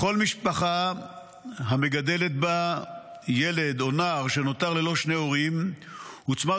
לכל משפחה המגדלת בה ילד או נער שנותר ללא שני הורים הוצמד